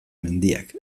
mendiak